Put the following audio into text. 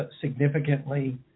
significantly